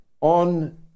on